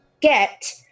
get